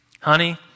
honey